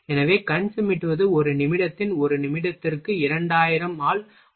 எனவே கண் சிமிட்டுவது ஒரு நிமிடத்தின் ஒரு நிமிடத்திற்கு 2000 ஆல் 1 நிமிடம் ஆகும்